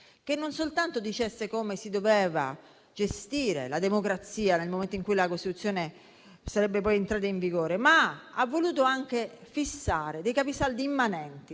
che non soltanto dicesse come si doveva gestire la democrazia nel momento in cui la Costituzione sarebbe entrata in vigore, ma hanno voluto anche fissare dei capisaldi immanenti,